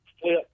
flip